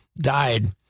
died